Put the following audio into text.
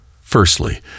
Firstly